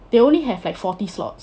they only have like forty slots